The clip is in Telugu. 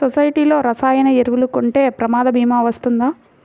సొసైటీలో రసాయన ఎరువులు కొంటే ప్రమాద భీమా వస్తుందా?